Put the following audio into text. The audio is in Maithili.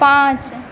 पाँच